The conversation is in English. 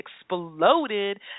exploded